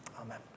Amen